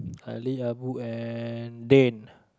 Ali Abu and Dan